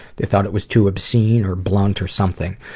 they thought it was too obscene or blunt or something.